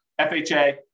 FHA